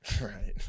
Right